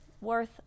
worth